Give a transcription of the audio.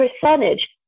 percentage